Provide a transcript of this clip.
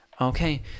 Okay